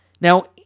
Now